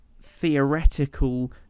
theoretical